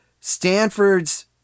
Stanford's